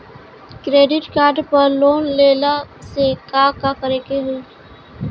Credit card पर loan लेला से का का करे क होइ?